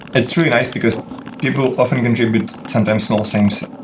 it's really nice, because people often contribute sometimes small things,